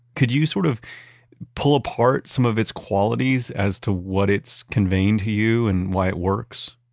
could you sort of pull apart some of its qualities as to what it's conveying to you and why it works?